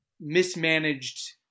mismanaged